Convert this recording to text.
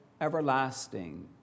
everlasting